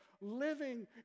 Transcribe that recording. living